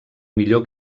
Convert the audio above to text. millor